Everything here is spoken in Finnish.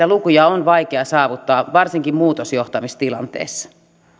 lukuja on vaikea saavuttaa varsinkin muutosjohtamistilanteessa